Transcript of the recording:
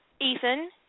Ethan